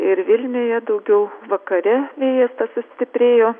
ir vilniuje daugiau vakare vėjas tas sustiprėjo